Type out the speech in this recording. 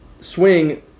swing